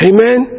Amen